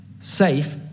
safe